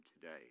today